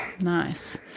nice